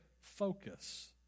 focus